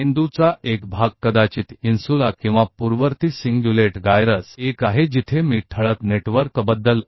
मस्तिष्क का एक हिस्सा शायद इंसुला यह उन क्षेत्रों में से एक है जहां मैंने SALIENT NETWORK के बारे में बताया था